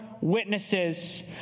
witnesses